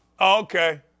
Okay